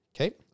okay